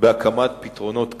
בהקמת פתרונות קצה.